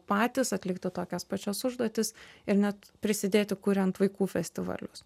patys atlikti tokias pačias užduotis ir net prisidėti kuriant vaikų festivalius